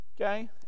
okay